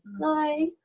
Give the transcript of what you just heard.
Bye